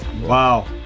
Wow